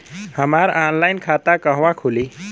हमार ऑनलाइन खाता कहवा खुली?